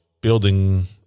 building